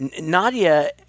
Nadia